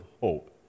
hope